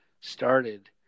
started